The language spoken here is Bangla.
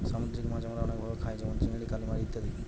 সামুদ্রিক মাছ আমরা অনেক ভাবে খাই যেমন চিংড়ি, কালামারী ইত্যাদি